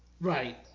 Right